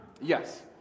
yes